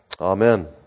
Amen